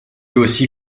aussi